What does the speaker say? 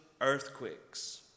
earthquakes